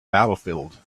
battlefield